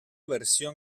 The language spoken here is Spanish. versión